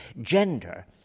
gender